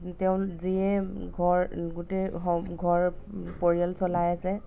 তেওঁ যিয়ে ঘৰ গোটেই ঘৰ পৰিয়াল চলাই আছে